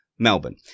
Melbourne